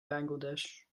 bangladesh